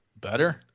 Better